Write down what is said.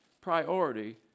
priority